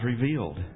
revealed